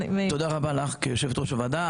תודה רבה לך כיושבת ראש הוועדה.